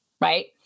right